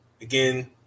again